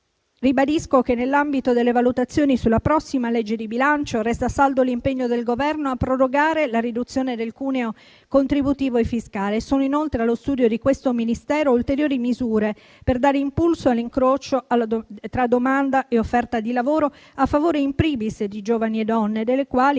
Ribadisco che, nell'ambito delle valutazioni sulla prossima legge di bilancio, resta saldo l'impegno del Governo a prorogare la riduzione del cuneo contributivo e fiscale. Sono inoltre allo studio di questo Ministero ulteriori misure per dare impulso all'incrocio tra domanda e offerta di lavoro, a favore *in primis* di giovani e donne, delle quali